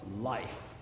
life